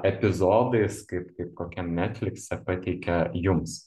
epizodais kaip kaip kokiam netflikse pateikia jums